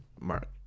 Mark